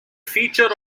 feature